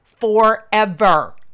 forever